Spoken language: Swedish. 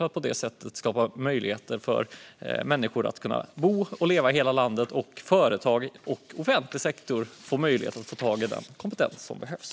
På så vis kan vi skapa möjligheter för människor att bo och leva i hela landet, och företag och offentlig sektor får möjlighet att få tag på den kompetens som behövs.